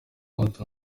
munsi